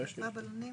איפה הבלונים?